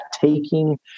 taking